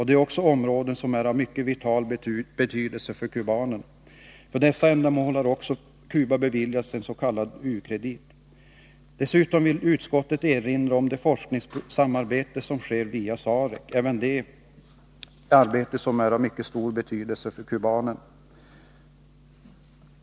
Det är områden som är av mycket vital betydelse för kubanerna. För dessa ändamål har också Cuba beviljats en s.k. u-kredit. Dessutom vill utskottet erinra om det forskningssamarbete som sker via SAREC.